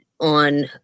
on